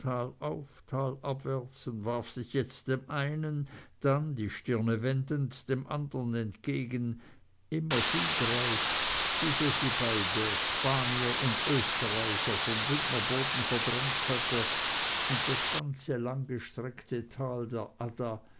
und warf sich jetzt dem einen dann die stirne wendend dem andern entgegen immer siegreich bis er sie beide spanier und österreicher vom bündnerboden verdrängt hatte und das ganze langgestreckte tal der adda